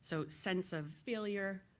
so sense of failure,